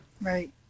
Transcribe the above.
Right